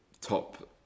top